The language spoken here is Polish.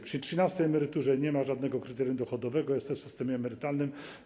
Przy trzynastej emeryturze nie ma żadnego kryterium dochodowego, jest to w systemie emerytalnym.